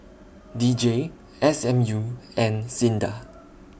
D J S M U and SINDA